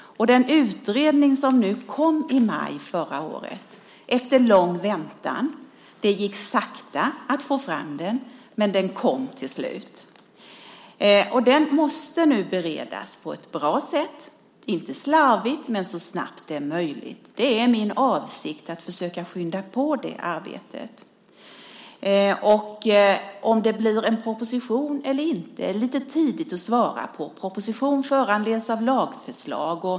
En utredning kom i maj förra året efter lång väntan. Det gick sakta att få fram den, men den kom till slut. Den måste nu beredas på ett bra sätt. Det får inte ske slarvigt, men så snabbt det är möjligt. Det är min avsikt att försöka skynda på det arbetet. Det är lite för tidigt att svara på om det blir en proposition eller inte. En proposition föranleds av lagförslag.